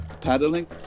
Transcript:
paddling